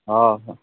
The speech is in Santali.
ᱦᱮᱸ